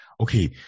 okay